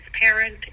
transparent